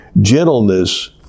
gentleness